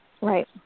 Right